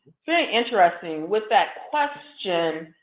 very interesting. with that question,